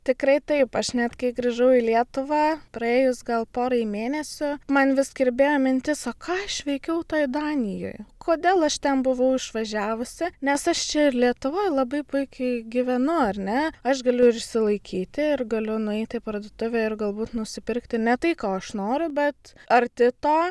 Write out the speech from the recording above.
tikrai taip aš net kai grįžau į lietuvą praėjus gal porai mėnesių man vis kirbėjo mintis o ką aš veikiau toj danijoj kodėl aš ten buvau išvažiavusi nes aš čia ir lietuvoj labai puikiai gyvenu ar ne aš galiu ir išsilaikyti ir galiu nueiti į parduotuvę ir galbūt nusipirkti ne tai ko aš noriu bet arti to